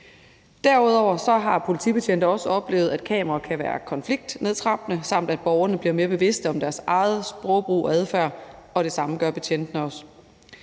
Derudover har politibetjente også oplevet, at kameraer kan være konfliktnedtrappende, samt at borgerne bliver mere bevidste om deres egen sprogbrug og adfærd. Og det samme gør betjentene.